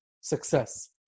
success